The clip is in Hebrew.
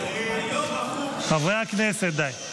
--- חברי הכנסת, די.